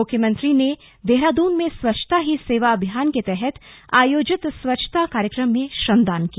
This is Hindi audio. मुख्यमंत्री ने देहराद्न में स्वच्छता ही सेवा अभियान के तहत आयोजित स्वच्छता कार्यक्रम में श्रमदान किया